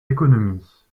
économies